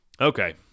Okay